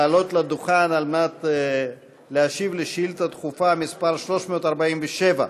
לעלות לדוכן כדי להשיב על שאילתה דחופה מס' 347,